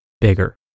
bigger